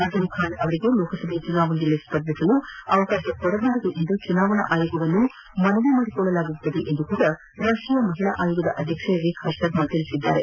ಅಜಂಖಾನ್ ಅವರಿಗೆ ಲೋಕಸಭೆ ಚುನಾವಣೆಯಲ್ಲಿ ಸ್ಪರ್ಧಿಸಲು ಅವಕಾಶ ಕೊಡಬಾರದೆಂದು ಚುನಾವಣಾ ಆಯೋಗವನ್ನು ಮನವಿ ಮಾಡಿಕೊಳ್ಳಲಾಗುವುದೆಂದು ರಾಷ್ಷೀಯ ಮಹಿಳಾ ಆಯೋಗದ ಅಧ್ಯಕ್ಷೆ ರೇಖಾಶರ್ಮಾ ತಿಳಿಸಿದ್ದಾರೆ